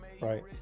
right